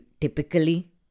typically